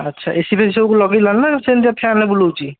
ଆଚ୍ଛା ଏସିଫେସି ସବୁ କ'ଣ ଲଗେଇଲାଣି ନା ସେମିତିଆ ଫ୍ୟାନ୍ ବୁଲଉଛି